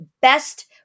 best